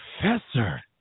Professor